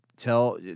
tell